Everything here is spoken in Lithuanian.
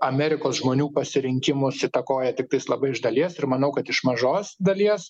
amerikos žmonių pasirinkimus įtakoja tiktais labai iš dalies ir manau kad iš mažos dalies